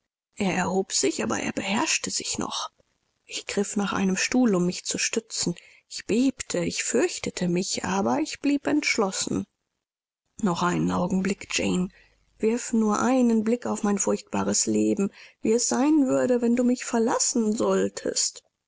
er erhob sich aber er beherrschte sich noch ich griff nach einem stuhl um mich zu stützen ich bebte ich fürchtete mich aber ich blieb entschlossen noch einen augenblick jane wirf nur einen blick auf mein furchtbares leben wie es sein würde wenn du mich verlassen solltest